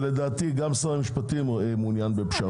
ולדעתי גם שר המשפטים מעוניין בפשרה.